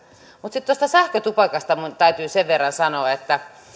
mutta sitten tuosta sähkötupakasta minun täytyy sen verran sanoa